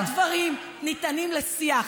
כל הדברים ניתנים לשיח.